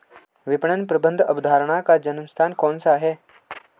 विपणन प्रबंध अवधारणा का जन्म स्थान कौन सा है?